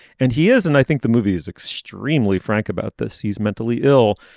and he is and i think the movie is extremely frank about this he's mentally ill.